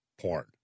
porn